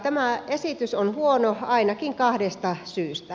tämä esitys on huono ainakin kahdesta syystä